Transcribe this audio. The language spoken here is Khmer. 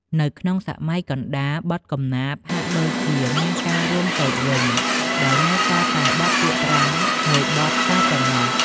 នៅក្នុងសម័យកណ្តាល បទកំណាព្យហាក់ដូចជាមានការរួមតូចវិញ ដោយនៅសល់តែ បទពាក្យប្រាំ មួយបទតែប៉ុណ្ណោះ។